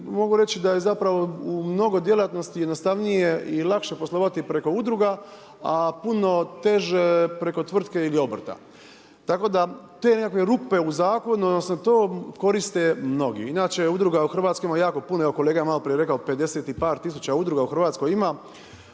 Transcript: mogu reći da je zapravo u mnogo djelatnosti jednostavnije i lakše poslovati preko udruga, a puno teže preko tvrtke ili obrta. Tako da te nekakve rupe u zakonu, odnosno to koriste mnogi. Inače udruga u Hrvatskoj ima jako puno. Evo kolega je malo prije rekao 50 i par tisuća udruga u Hrvatskoj ima.